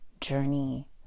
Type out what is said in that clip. journey